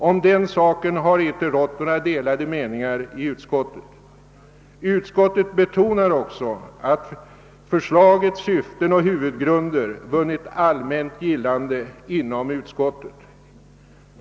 Om den saken har det inte rått några delade meningar i utskottet. Utskottet betonar också att förslagets syften och huvudgrunder vunnit allmänt gillande inom utskottet.